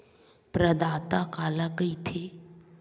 प्रदाता काला कइथे?